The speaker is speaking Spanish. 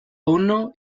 uno